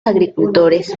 agricultores